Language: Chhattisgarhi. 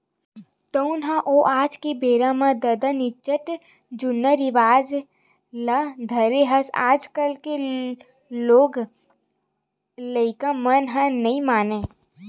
तँहू ह ओ आज के बेरा म ददा निच्चट जुन्नाहा रिवाज ल धरे हस आजकल के लोग लइका मन ह नइ मानय